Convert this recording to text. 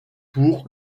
pour